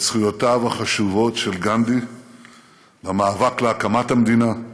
את זכויותיו החשובות של גנדי במאבק להקמת המדינה,